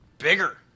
bigger